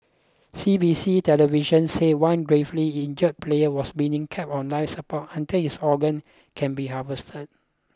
C B C television said one gravely injured player was being kept on life support until his organs can be harvested